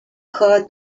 her